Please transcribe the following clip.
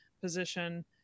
position